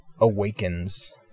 awakens